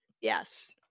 Yes